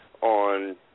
on